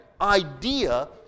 idea